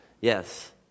yes